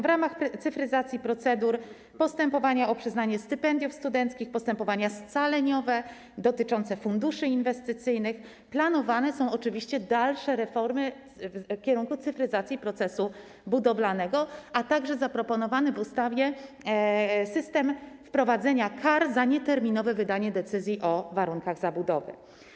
W ramach cyfryzacji procedur - postępowania o przyznanie stypendiów studenckich, postępowania scaleniowe dotyczące funduszy inwestycyjnych, planowane są oczywiście dalsze reformy w kierunku cyfryzacji procesu budowlanego, a także zaproponowany w ustawie system wprowadzenia kar za nieterminowe wydanie decyzji o warunkach zabudowy.